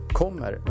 kommer